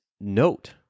note